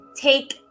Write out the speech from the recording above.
take